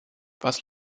was